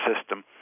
system